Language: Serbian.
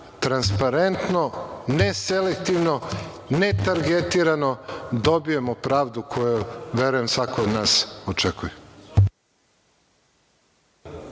transparentno, neselektivno, netargetirano dobijemo pravdu koju, verujem, svako od nas očekuje.